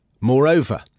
Moreover